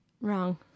Wrong